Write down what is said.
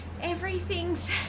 Everything's